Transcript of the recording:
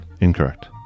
Incorrect